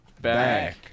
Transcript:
back